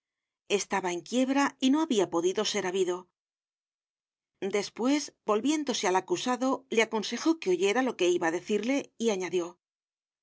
estaba en quiebra y no habia podido ser habido despues volviéndose al acusado le aconsejó que oyera lo que iba á decirle y añadió